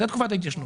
זה תקופת ההתיישנות.